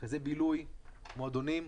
מרכזי בילוי, מועדונים.